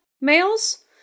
males